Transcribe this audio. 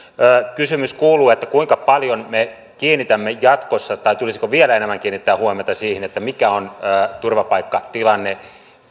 kysymys kuuluu kuinka paljon me kiinnitämme jatkossa tai tulisiko vielä enemmän kiinnittää huomiota siihen mikä on turvapaikkatilanne